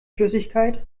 flüssigkeit